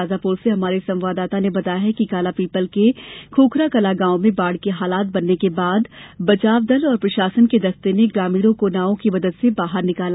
शाजापुर से हमारे संवाददाता ने बताया है कि कालापीपल के खोकरांकलां गांव में बाढ़ के हालत बनने के बाद बचाव दल और प्रशासन के दस्ते ने ग्रामीणों को नावों की मदद से बाहर निकाला